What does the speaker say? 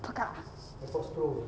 pekak